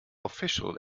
official